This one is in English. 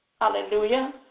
Hallelujah